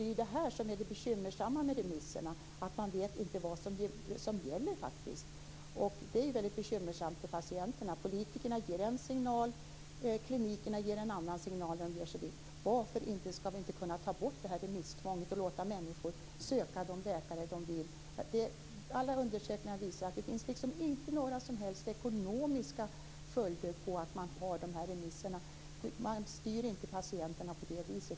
Det är detta som är det bekymmersamma med remisserna, att man inte vet vad som gäller, och det gör det svårt för patienterna. Politikerna ger en signal, medan klinikerna ger en annan signal. Varför skall vi inte kunna ta bort remisstvånget och låta människor söka de läkare de vill? Alla undersökningar visar att det inte finns några som helst ekonomiska följder av remisstvånget. Man styr inte patienterna på det viset.